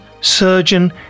surgeon